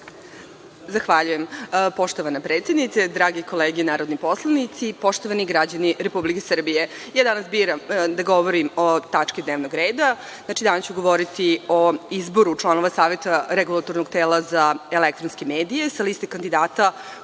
Zahvaljujem. Poštovana predsednice, drage kolege narodni poslanici, poštovani građani Republike Srbije, ja danas biram da govorim o tački dnevnog reda, znači, govoriću o izboru članova Saveta Regulatornog tela za elektronske medije, sa liste kandidata